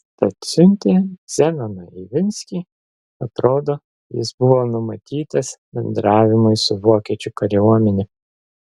tad siuntė zenoną ivinskį atrodo jis buvo numatytas bendravimui su vokiečių kariuomene